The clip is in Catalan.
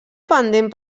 pendent